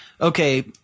okay